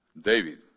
David